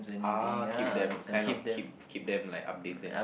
ah keep them kind of keep keep them like updated